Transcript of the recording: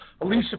Alicia